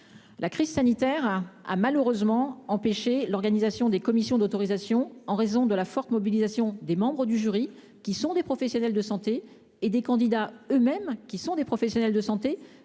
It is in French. La crise sanitaire a malheureusement empêché l'organisation des commissions d'autorisation en raison de la forte mobilisation des membres des jurys, qui sont des professionnels de santé, et des candidats eux-mêmes, dans les établissements de santé,